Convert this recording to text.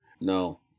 No